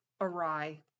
awry